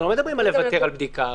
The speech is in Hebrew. לא אומרים לוותר על בדיקה.